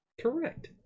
Correct